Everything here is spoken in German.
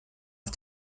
auf